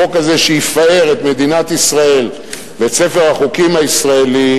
החוק הזה שיפאר את מדינת ישראל ואת ספר החוקים הישראלי,